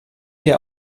hier